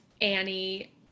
Annie